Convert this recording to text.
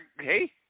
Hey